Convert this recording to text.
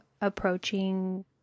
approaching